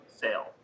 sale